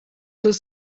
does